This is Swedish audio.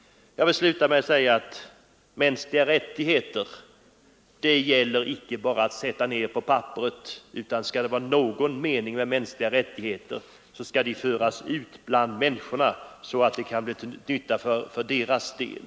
Jag vill avslutningsvis säga att mänskliga rättigheter inte bara skall sättas på papperet. Skall det vara någon mening med mänskliga rättigheter skall de föras ut bland människorna så att de kan bli till nytta för dem.